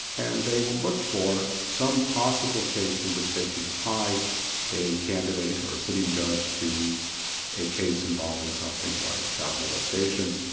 and they will look for some possible case in which they can tie a candidate or a sitting judge to a case involving something like child molestation,